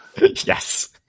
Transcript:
Yes